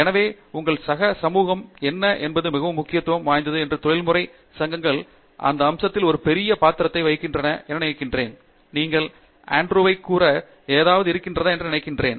எனவே உங்கள் சக சமூகம் என்ன என்பது மிகவும் முக்கியத்துவம் வாய்ந்தது மற்றும் தொழில்முறை சங்கங்கள் அந்த அம்சத்தில் ஒரு பெரிய பாத்திரத்தை வகிக்கின்றன என நினைக்கிறேன் நீங்கள் ஆண்ட்ரூவைக் கூற ஏதாவது இருக்கிறதா என்று நினைக்கிறேன்